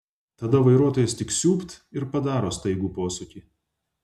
tada vairuotojas tik siūbt ir padaro staigų posūkį